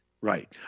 Right